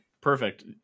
Perfect